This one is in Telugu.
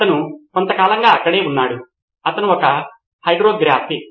నితిన్ కురియన్ ఉపాధ్యాయులు విద్యార్థులు ఇద్దరికీ ఈ రిపోజిటరీకి ప్రాప్యత ఉంది